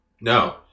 No